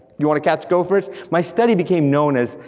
you wanna catch gophers? my study became known as,